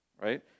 right